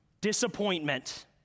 Disappointment